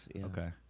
okay